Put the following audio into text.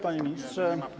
Panie Ministrze!